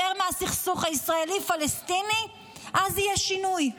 מהסכסוך הישראלי פלסטיני אז יהיה שינוי,